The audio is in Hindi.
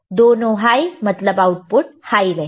दोनों हाई मतलब आउटपुट हाई रहेगा